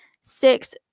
six